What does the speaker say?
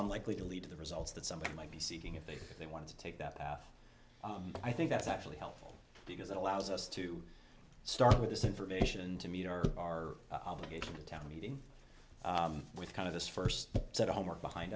unlikely to lead to the results that somebody might be seeking if they say they want to take that path i think that's actually helpful because it allows us to start with this information to meet our obligations a town meeting with kind of this first set of homework behind